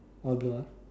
all blue ah